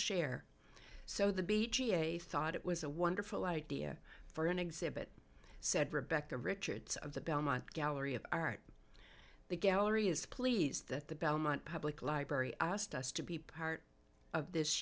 share so the beachy a thought it was a wonderful idea for an exhibit said rebecca richards of the belmont gallery of art the gallery is pleased that the belmont public library asked us to be part of this